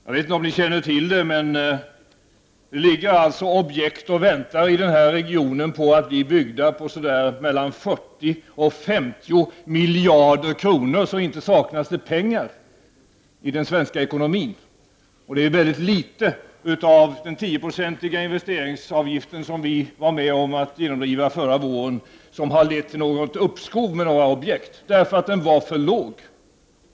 Jag vet inte om ni känner till det, men det ligger objekt som väntar på att bli byggda i den här regionen för mellan 40 och 50 miljarder kronor. Det saknas således inte pengar i den svenska ekonomin. Det är mycket litet av den 10-procentiga investeringsavgiften, som vi var med om att genomdriva förra våren, som har lett till något uppskov med objekt, eftersom den var för låg.